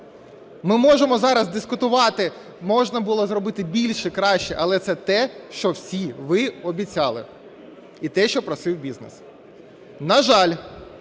Ми можемо зараз дискутувати, можна було зробити більше, краще, але це те, що всі ви обіцяли, і те, що просив бізнес. На жаль,